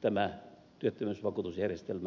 tämä työttömyysvakuutusjärjestelmä ei toimi